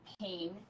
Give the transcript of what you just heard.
pain